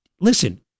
listen